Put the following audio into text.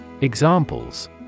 Examples